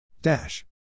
Dash